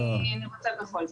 אני רוצה בכל זאת.